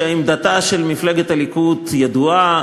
שעמדתה של מפלגת הליכוד ידועה,